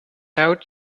out